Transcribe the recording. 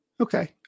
okay